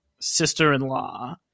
sister-in-law